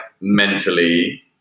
mentally